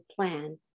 plan